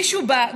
מישהו בא,